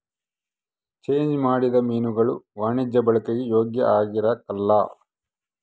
change ಮಾಡಿದ ಮೀನುಗುಳು ವಾಣಿಜ್ಯ ಬಳಿಕೆಗೆ ಯೋಗ್ಯ ಆಗಿರಕಲ್ಲ